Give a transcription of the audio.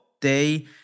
day